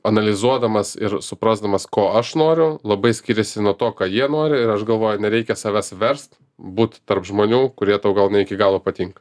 analizuodamas ir suprasdamas ko aš noriu labai skiriasi nuo to ką jie nori ir aš galvoju nereikia savęs verst būt tarp žmonių kurie tau gal ne iki galo patinka